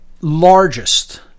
largest